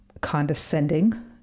condescending